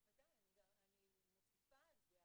בוודאי, אני גם מוסיפה על זה.